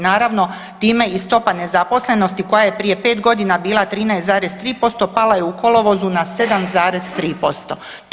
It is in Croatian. Naravno time i stopa nezaposlenosti koja je prije 5 godina bila 13,3% pala je u kolovozu na 7,3%